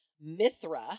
Mithra